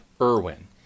Irwin